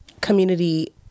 community